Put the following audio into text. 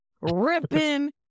ripping